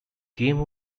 game